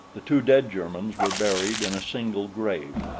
the two dead germans were buried in a single grave,